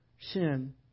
sin